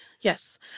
Yes